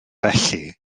felly